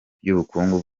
ry’ubukungu